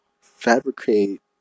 fabricate